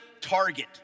target